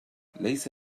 ليس